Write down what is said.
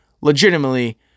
legitimately